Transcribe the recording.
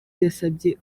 yasabye